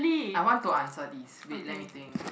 I want to answer this wait let me think